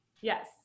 Yes